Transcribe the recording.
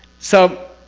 so,